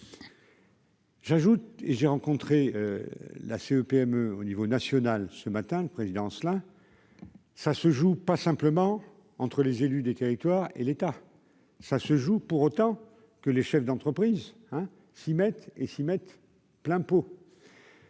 J'ajoute : j'ai rencontré la CE PME au niveau national ce matin le président cela, ça se joue, pas simplement entre les élus des territoires et l'État, ça se joue, pour autant que les chefs d'entreprise, hein s'y mettent et s'ils mettent plein pot.